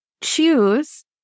choose